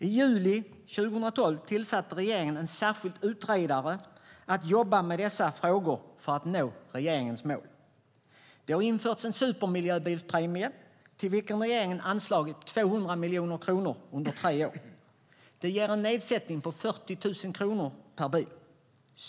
I juli 2012 tillsatte regeringen en särskild utredare för att jobba med dessa frågor för att nå regeringens mål. Det har införts en supermiljöbilspremie till vilken regeringen anslagit 200 miljoner kronor under tre år. Det ger en nedsättning på 40 000 kronor per bil.